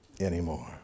anymore